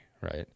Right